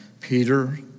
Peter